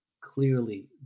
clearly